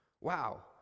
Wow